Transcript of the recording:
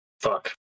fuck